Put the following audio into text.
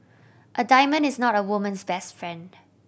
a diamond is not a woman's best friend